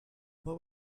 what